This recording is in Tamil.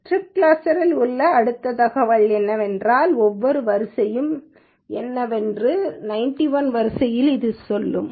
ட்ரிப் கிளஸ்டரில் உள்ள அடுத்த தகவல்கள என்னவென்றால் ஒவ்வொரு வரிசையும் என்னவென்று 91 வரிசைகளில் இது சொல்லும்